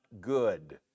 good